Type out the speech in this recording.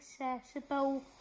accessible